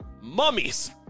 Mummies